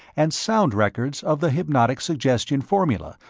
and sound records of the hypnotic suggestion formula,